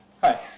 Hi